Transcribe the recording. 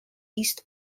east